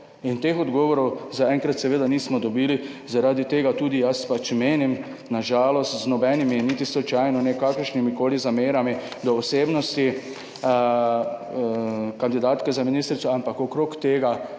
In teh odgovorov zaenkrat seveda nismo dobili, zaradi tega tudi jaz menim, na žalost, z nobenimi, niti slučajno ne kakršnimi koli zamerami do osebnosti kandidatke za ministrico, ampak okrog tega,